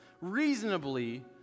reasonably